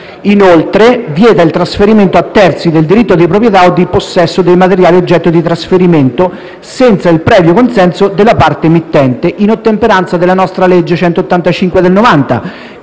Inoltre, vieta il trasferimento a terzi del diritto di proprietà o di possesso dei materiali oggetto di trasferimento senza il previo consenso della parte mittente, in ottemperanza della nostra legge n. 185 del 1990,